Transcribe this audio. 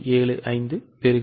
75 X 1